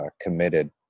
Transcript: committed